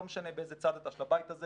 לא משנה באיזה צד אתה של הבית הזה,